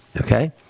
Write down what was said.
okay